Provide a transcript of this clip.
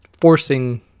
forcing